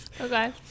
Okay